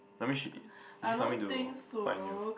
that mean she she coming to find you